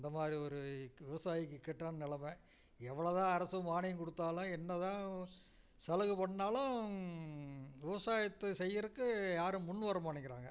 இந்த மாதிரி ஒரு இக் விவசாயிக்கு இக்கட்டான நெலமை எவ்வளோ தான் அரசும் மானியம் கொடுத்தாலும் என்ன தான் உ சலுகை பண்ணாலும் விவசாயத்தை செய்றதுக்கு யாரும் முன் வர மாட்டேங்கிறாங்க